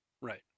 Right